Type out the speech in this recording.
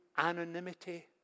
anonymity